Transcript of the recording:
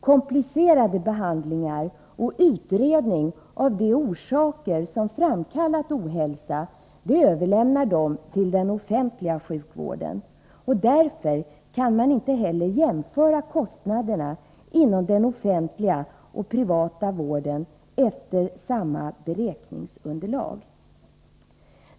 Komplicerade behandlingar och utredning av de orsaker som framkallat ohälsa överlämnar de till den offentliga sjukvården. Därför kan man inte heller jämföra kostnaderna inom den offentliga och privata vården efter samma beräkningsunderlag.